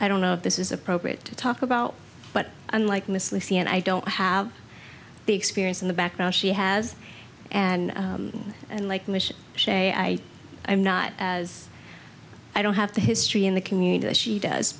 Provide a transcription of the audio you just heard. i don't know if this is appropriate to talk about but unlike miss lucy and i don't have the experience in the background she has and unlike mission share i am not as i don't have the history in the community that she does